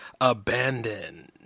Abandoned